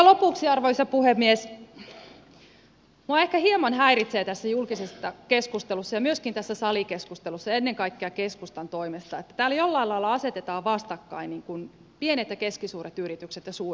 lopuksi arvoisa puhemies minua ehkä hieman häiritsee tässä julkisessa keskustelussa ja myöskin tässä salikeskustelussa ennen kaikkea keskustan toimesta että täällä jollain lailla asetetaan vastakkain pienet ja keskisuuret yritykset ja suuret yritykset